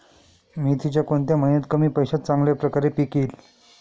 मेथीचे कोणत्या महिन्यात कमी पैशात चांगल्या प्रकारे पीक येईल?